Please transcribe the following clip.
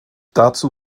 dazu